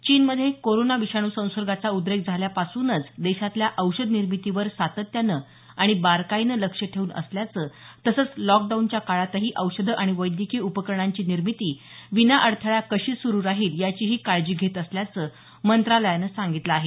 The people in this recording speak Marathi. चीनमध्ये कोरोना विषाणू संसर्गाचा उद्रेक झाल्यापासूनच देशातल्या औषधनिर्मितीवर सातत्यानं आणि बारकाईनं लक्ष ठेवून असल्याचं तसंच लॉक डाऊनच्या काळातही औषधं आणि वैद्यकीय उपकरणांची निर्मिती विनाअडथळा कशी सुरू राहील याचीही काळजी घेत असल्याचं मंत्रालयानं सांगितलं आहे